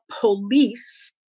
police